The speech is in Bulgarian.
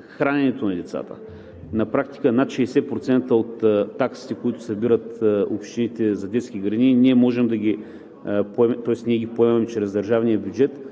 храненето на децата. На практика над 60% от таксите, които събират общините за детски градини, тоест ние ги поемаме чрез държавния бюджет,